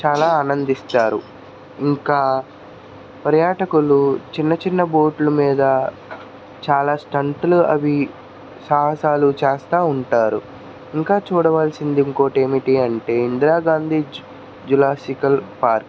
చాలా ఆనందిస్తారు ఇంకా పర్యాటకులు చిన్న చిన్న బోట్ల మీద చాలా స్టంట్లు అవి సాహసాలు చేస్తూ ఉంటారు ఇంకా చూడవలసింది ఇంకోటి ఏమిటి అంటే Indira Gandhi zoo zoological park